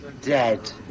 dead